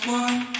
one